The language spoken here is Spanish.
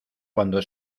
cuando